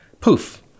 Poof